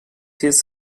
his